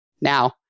now